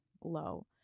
glow